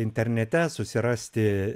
internete susirasti